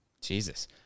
jesus